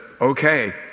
okay